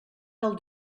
del